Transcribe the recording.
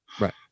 Right